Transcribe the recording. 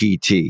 pt